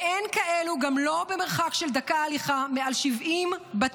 ואין כאלו, גם לא במרחק של דקה הליכה מעל 70 בתים.